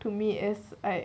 to me as like